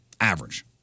Average